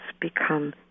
become